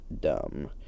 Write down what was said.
dumb